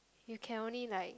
you can only like